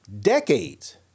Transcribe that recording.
decades